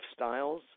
lifestyles